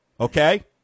Okay